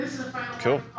Cool